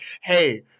hey